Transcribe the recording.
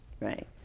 right